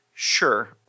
Sure